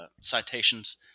citations